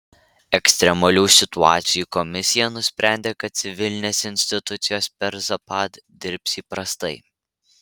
ekstremalių situacijų komisija nusprendė kad civilinės institucijos per zapad dirbs įprastai